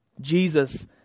Jesus